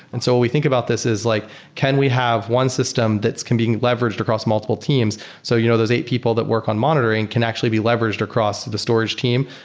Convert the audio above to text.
and so what we think about this is like can we have one system that can be leveraged across multiple teams sop so you know those eight people that work on monitoring can actually be leveraged across the storage team,